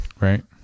Right